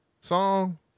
song